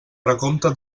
recompte